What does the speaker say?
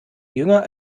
jünger